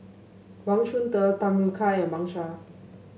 Wang Chunde Tham Yui Kai and Wang Sha